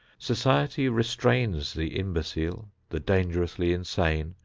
society restrains the imbecile, the dangerously insane,